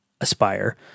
Aspire